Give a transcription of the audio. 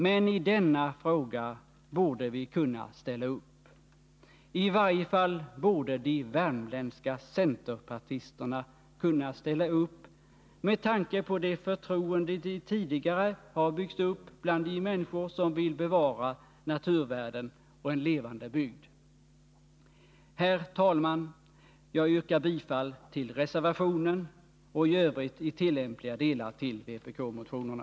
Men i denna fråga borde vi kunna ställa upp. I varje fall borde de värmländska centerpartisterna kunna ställa upp med tanke på det förtroende de tidigare har byggt upp bland de människor som vill bevara naturvärden och en levande bygd. Herr talman! Jag yrkar bifall till reservationen och i övrigt i tillämpliga delar till vpk-motionerna.